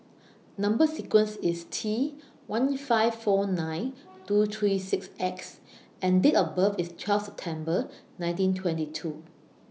Number sequence IS T one five four nine two three six X and Date of birth IS twelve September nineteen twenty two